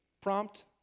Prompt